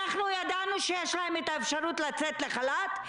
ידענו שיש להם את האפשרות לצאת לחל"ת,